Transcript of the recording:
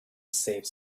save